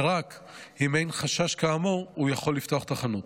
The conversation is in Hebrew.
ורק אם אין חשש כאמור הוא יכול לפתוח את החנות.